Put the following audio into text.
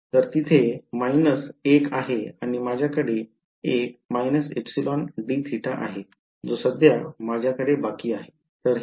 तर तिथे 1 आहे आणि माझ्याकडे एक −εdθ आहे जो सध्या माझ्याकडे बाकी आहे